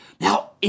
Now